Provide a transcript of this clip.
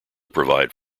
provide